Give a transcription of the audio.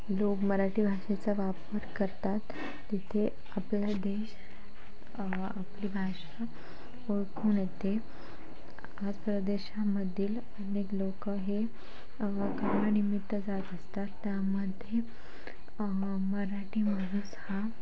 लोक मराठी भाषेचा वापर करतात तिथे आपला देश आपली भाषा ओळखून येते आज प्रदेशामधील अनेक लोकं हे कामानिमित्य जात असतात त्यामध्ये मराठी माणूस हा